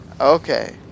Okay